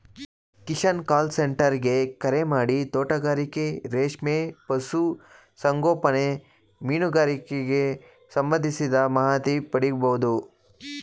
Kisan call centre ಗೆ ಕರೆಮಾಡಿ ತೋಟಗಾರಿಕೆ ರೇಷ್ಮೆ ಪಶು ಸಂಗೋಪನೆ ಮೀನುಗಾರಿಕೆಗ್ ಸಂಬಂಧಿಸಿದ ಮಾಹಿತಿ ಪಡಿಬೋದು